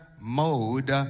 mode